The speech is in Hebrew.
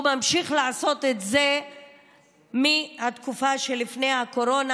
ממשיך לעשות את זה מהתקופה שלפני הקורונה,